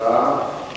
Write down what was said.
סעיפים 1